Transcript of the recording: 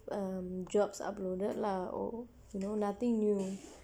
um jobs uploaded lah oh no nothing new